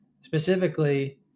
Specifically